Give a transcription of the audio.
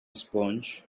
sponge